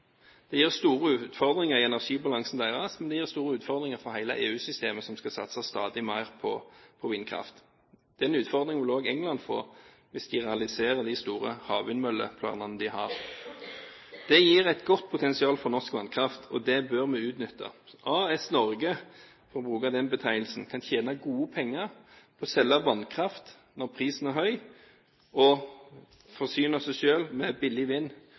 Det gir store utfordringer i energibalansen deres, men det gir også store utfordringer for hele EU-systemet, som skal satse stadig mer på vindkraft. Den utfordringen vil også Storbritannia få hvis de realiserer de store havvindmølleplanene de har. Det gir et godt potensial for norsk vannkraft, og det bør vi utnytte. AS Norge, for å bruke den betegnelsen, kan tjene gode penger på å selge vannkraft når prisen er høy, og forsyne seg selv med billig vind